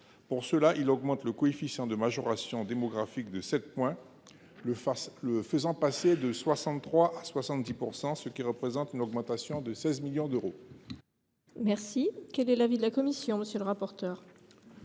il s’agit d’augmenter le coefficient de majoration démographique de 7 points, le faisant passer de 63 % à 70 %, ce qui représente une augmentation de 16 millions d’euros. Quel est l’avis de la commission ? Comme